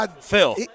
Phil